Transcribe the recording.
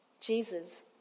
Jesus